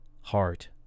heart